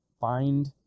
Find